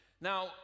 now